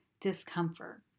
discomfort